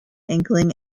inkling